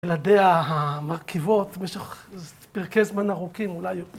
‫בלעדי המרכיבות, ‫זה פרקי זמן ארוכים אולי יותר.